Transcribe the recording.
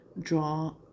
draw